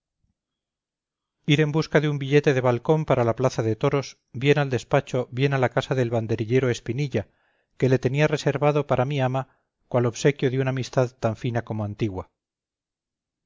en busca de un billete de balcón para la plaza de toros bien al despacho bien a la casa del banderillero espinilla que le tenía reservado para mi ama cual obsequio de una amistad tan fina como antigua